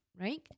right